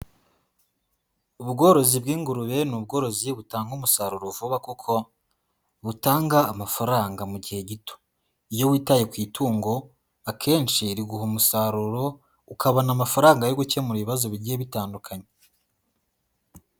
Ubworozi bw'ingurube ni ubworozi butanga umusaruro vuba kuko, butanga amafaranga mu gihe gito. Iyo witaye ku itungo, akenshi riguha umusaruro, ukabona amafaranga yo gukemura ibibazo bigiye bitandukanye.